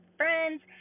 friends